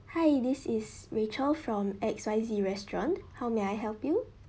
hi this is rachel from X Y Z restaurant how may I help you